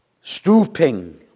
stooping